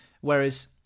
Whereas